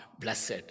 blessed